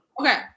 Okay